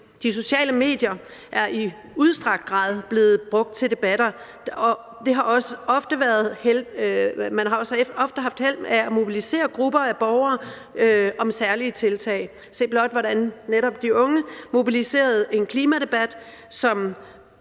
De sociale medier er i udstrakt grad blevet brugt til debatter, og man har også ofte haft held af at mobilisere grupper af borgere om særlige tiltag. Se blot, hvordan netop de unge mobiliserede en klimadebat,